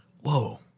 Whoa